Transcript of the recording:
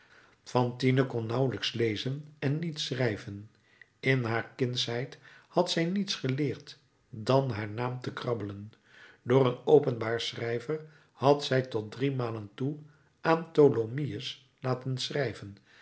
fantine kon nauwelijks lezen en niet schrijven in haar kindsheid had zij niets geleerd dan haar naam te krabbelen door een openbaar schrijver had zij tot driemalen toe aan tholomyès laten schrijven